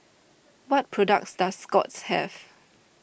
what products does Scott's have